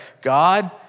God